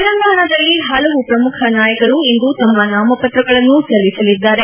ತೆಲಂಗಾಣದಲ್ಲಿ ಹಲವು ಶ್ರಮುಖ ನಾಯಕರು ಇಂದು ತಮ್ನ ನಾಮಪತ್ರಗಳನ್ನು ಸಲ್ಲಿಸಲಿದ್ದಾರೆ